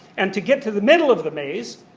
and to get to the middle of the maze,